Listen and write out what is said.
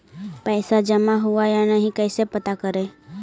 पैसा जमा हुआ या नही कैसे पता करे?